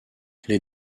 les